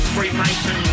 Freemason